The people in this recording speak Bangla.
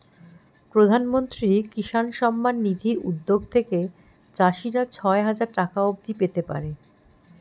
প্রধানমন্ত্রী কিষান সম্মান নিধি উদ্যোগ থেকে চাষিরা ছয় হাজার টাকা অবধি পেতে পারে